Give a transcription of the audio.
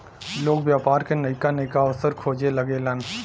लोग व्यापार के नइका नइका अवसर खोजे लगेलन